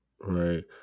right